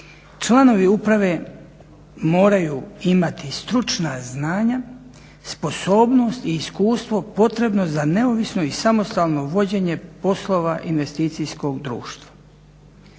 "Članovi uprave moraju imati stručna znanja, sposobnost i iskustvo potrebno za neovisno i samostalno vođenje poslova investicijskog društva."